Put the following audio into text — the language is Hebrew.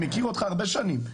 אני מכיר אותך הרבה שנים,